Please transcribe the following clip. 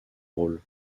rôle